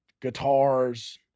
guitars